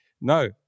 no